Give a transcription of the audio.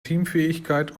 teamfähigkeit